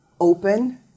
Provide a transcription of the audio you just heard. open